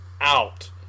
out